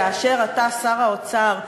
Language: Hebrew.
כאשר אתה שר האוצר,